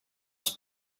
els